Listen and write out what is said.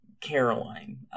Caroline